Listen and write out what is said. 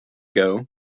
ago